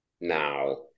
now